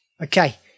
Okay